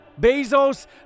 Bezos